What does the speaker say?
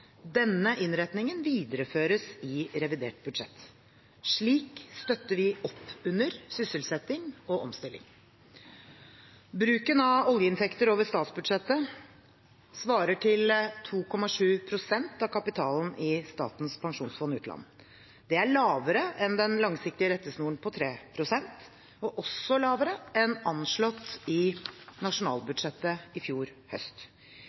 Denne innretningen videreføres i revidert budsjett. Slik støtter vi opp under sysselsetting og omstilling. Bruken av oljeinntekter over statsbudsjettet svarer til 2,7 pst. av kapitalen i Statens pensjonsfond utland. Det er lavere enn den langsiktige rettesnoren på 3 pst., og det er også lavere enn anslått i nasjonalbudsjettet i fjor høst.